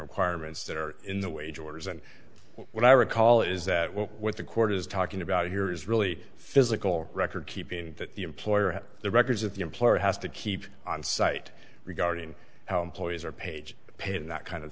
requirements that are in the way george is and what i recall is that what the court is talking about here is really physical record keeping that the employer the records that the employer has to keep on site regarding how employees are page pay and that kind of